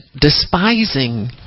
despising